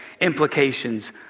implications